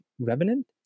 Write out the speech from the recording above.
Revenant